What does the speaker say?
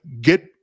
get